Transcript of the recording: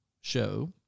show